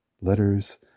Letters